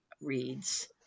reads